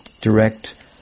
direct